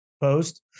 post